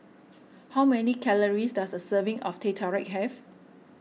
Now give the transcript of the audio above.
how many calories does a serving of Teh Tarik have